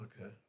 Okay